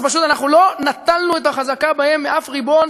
אנחנו לא נטלנו את החזקה בהם מאף ריבון